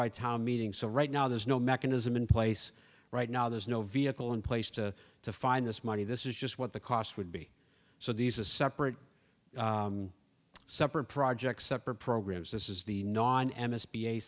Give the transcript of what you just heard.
by town meeting so right now there's no mechanism in place right now there's no vehicle in place to to find this money this is just what the cost would be so these a separate separate projects separate programs this is the non